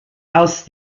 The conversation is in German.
aus